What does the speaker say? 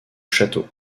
château